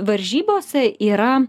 varžybose yra